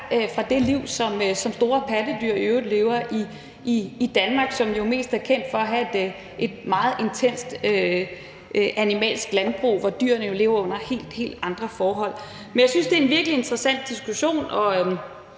fra det liv, som store pattedyr i øvrigt lever under i Danmark, som jo mest er kendt for at have et meget intenst animalsk landbrug, hvor dyrene lever under helt, helt andre forhold. Men jeg synes, det er en virkelig interessant diskussion, og